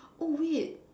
oh wait